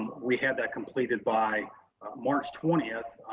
we had that completed by march twentieth.